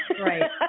Right